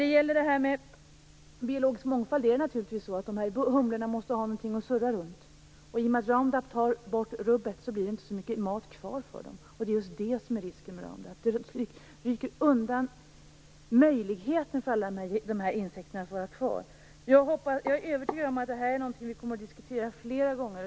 Sedan var det den biologiska mångfalden. Humlorna måste naturligtvis ha något att surra runt. I och med att Roundup tar bort rubbet blir det inte så mycket mat kvar för dem. Det är just det som är risken med Roundup. Den rycker undan möjligheten för alla insekterna att finnas kvar. Jag är övertygad om att vi kommer att diskutera detta flera gånger.